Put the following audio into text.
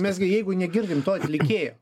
mes gi jeigu negirdim to atlikėjo